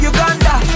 Uganda